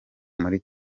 muri